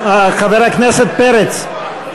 חבר הכנסת פרץ,